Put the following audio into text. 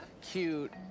cute